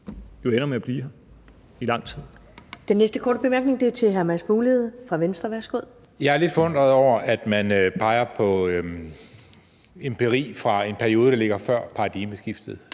jo ender med at blive her i lang tid.